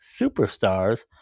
superstars